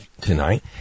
tonight